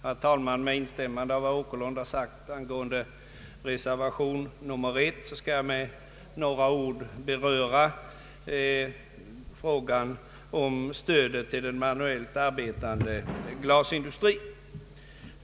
Herr talman! Med instämmande i vad herr Åkerlund har sagt angående reservation 1 skall jag med några ord beröra frågan om stödet till den manuellt arbetande glasindustrin.